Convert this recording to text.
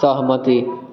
सहमति